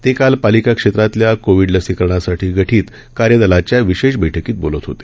ते काल पालिका क्षेत्रातल्या कोविड लसीकरणसाठी गठित कार्यदलाच्या विशेष बठकीत बोलत होते